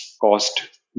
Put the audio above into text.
cost